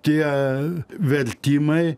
tie vertimai